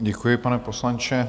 Děkuji, pane poslanče.